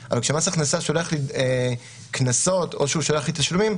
אבל כשמס הכנסה שולח לי קנסות או שהוא שולח לי תשלומים,